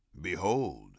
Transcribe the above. behold